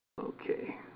okay